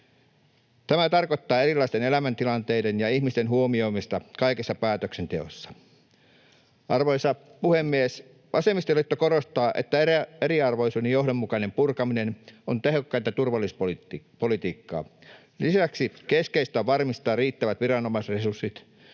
Tämä tarkoittaa erilaisten elämäntilanteiden ja ihmisten huomioimista kaikessa päätöksenteossa. Arvoisa puhemies! Vasemmistoliitto korostaa, että eriarvoisuuden johdonmukainen purkaminen on tehokkainta turvallisuuspolitiikkaa. Lisäksi keskeistä on varmistaa riittävät viranomaisresurssit.